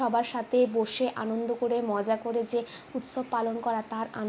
সবার সাথে বসে আনন্দ করে মজা করে যে উত্সব পালন করা তার আনন্দের কথা আর আপনাকে কী বলব